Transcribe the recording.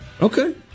Okay